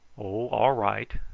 all right!